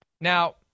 Now